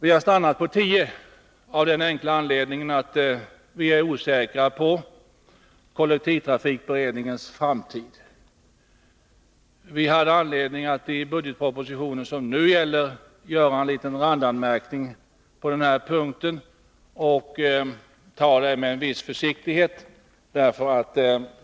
Vi har stannat på 10 milj.kr., av den enkla anledningen att vi är osäkra på kollektivtrafikberedningens framtid. Vi hade anledning att i den budgetproposition som nu gäller göra en liten randanmärkning på den här punkten.